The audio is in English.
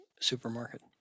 supermarket